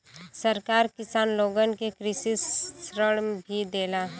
सरकार किसान लोगन के कृषि ऋण भी देला